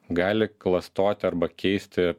gali klastoti arba keisti